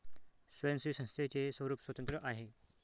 स्वयंसेवी संस्थेचे स्वरूप स्वतंत्र आहे